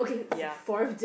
ya